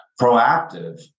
proactive